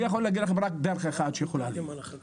אני יכול להגיד לכם רק דרך אחד שהיא יכולה להיות,